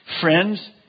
friends